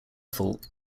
fault